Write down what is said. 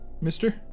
mister